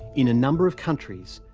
in a number of countries,